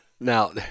Now